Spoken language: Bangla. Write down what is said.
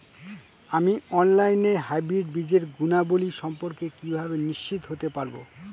আমি অনলাইনে হাইব্রিড বীজের গুণাবলী সম্পর্কে কিভাবে নিশ্চিত হতে পারব?